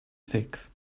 fix